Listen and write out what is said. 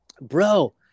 Bro